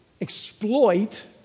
exploit